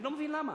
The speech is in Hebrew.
אני לא מבין למה.